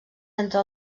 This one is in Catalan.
entre